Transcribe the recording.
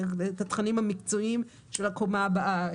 את התכנים המקצועיים של הקומה הבאה.